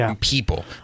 people